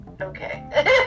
okay